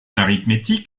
arithmétique